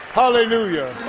hallelujah